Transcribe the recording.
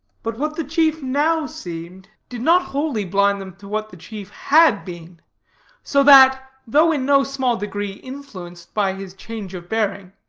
but what the chief now seemed, did not wholly blind them to what the chief had been so that, though in no small degree influenced by his change of bearing,